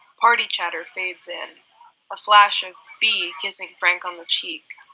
party chatter fades in a flash of bee kissing frank on the cheek.